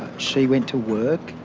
she went to work.